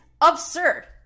absurd